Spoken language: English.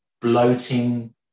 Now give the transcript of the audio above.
bloating